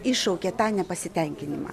iššaukė tą nepasitenkinimą